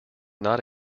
not